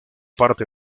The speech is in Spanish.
parte